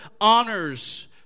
honors